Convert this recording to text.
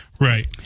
Right